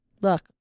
look